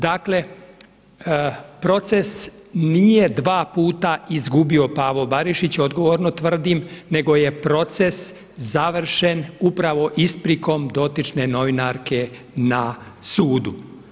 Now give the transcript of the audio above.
Dakle, proces nije dva puta izgubio Pavo Barišić odgovorno tvrdim, nego je proces završen upravo isprikom dotične novinarke na sudu.